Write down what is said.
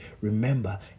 remember